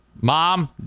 Mom